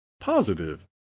positive